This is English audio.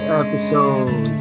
episode